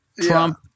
Trump